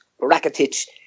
Rakitic